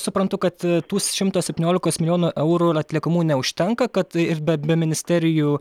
suprantu kad e tūs šimto septyniolikos milijonų eurų ir atliekamų neužtenka kad ir be be ministerijų